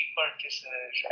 purchases